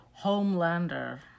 Homelander